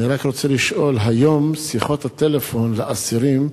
אני רק רוצה לשאול: היום שיחות הטלפון לאסירים,